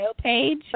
page